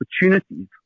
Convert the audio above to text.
opportunities